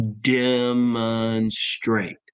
Demonstrate